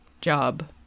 Job